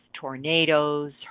tornadoes